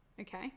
Okay